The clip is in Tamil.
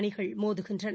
அணிகள் மோதுகின்றன